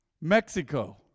Mexico